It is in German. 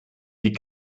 die